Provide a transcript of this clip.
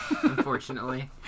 Unfortunately